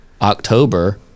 October